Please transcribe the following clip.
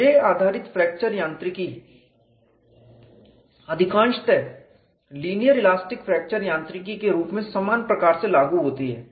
J आधारित fracture यांत्रिकी अधिकांशतः लीनियर इलास्टिक फ्रैक्चर यांत्रिकी के रूप में समान प्रकार से लागू होती है